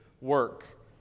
work